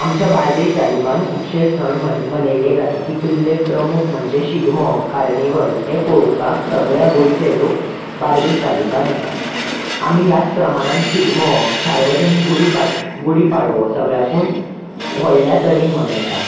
आमच्या बार्देस तालुकांत खूबशें सण मनयल्ले जाता तितूतले प्रमुख म्हणजे शिगमो कार्निवल हें पळोवपाक सगल्या गोंयचे लोक बार्देस तालुकांत येता आमी ह्याच प्रमाणान शिगमो सार्वजनीक गुडी पाडवो सगळ्याकून व्हडल्या तरेन मनयता